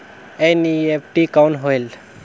NEFT कौन होएल?